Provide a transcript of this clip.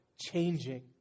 changing